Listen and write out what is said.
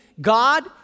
God